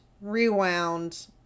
rewound